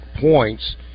points